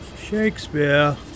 Shakespeare